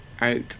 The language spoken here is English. out